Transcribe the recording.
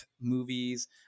movies